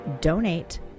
donate